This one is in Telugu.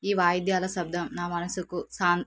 ఈ వాయిద్యాల శబ్దం నా మనసుకు సాం